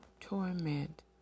torment